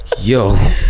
Yo